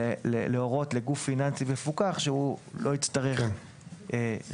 להורות לגוף פיננסי מפוקח שהוא לא יצטרך רישיון,